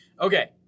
okay